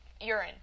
urine